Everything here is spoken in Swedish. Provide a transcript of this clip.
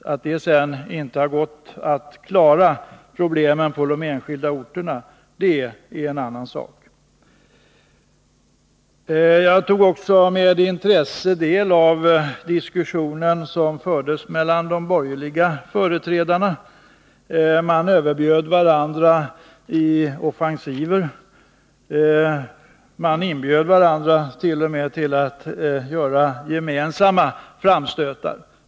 Att det sedan inte har gått att lösa problemen på de enskilda orterna är en annan sak. Jag har också med intresse tagit del av den diskussion som förts mellan de borgerliga företrädarna. Man överbjöd varandra i offensiver. Man t.o.m. inbjöd varandra att göra gemensamma framstötar.